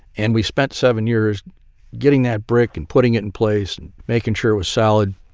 and we spent seven years getting that brick and putting it in place and making sure it was solid.